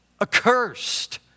accursed